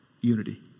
unity